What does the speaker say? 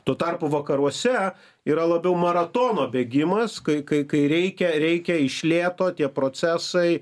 tuo tarpu vakaruose yra labiau maratono bėgimas kai kai kai reikia reikia iš lėto tie procesai